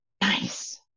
Nice